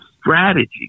strategy